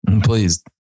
Please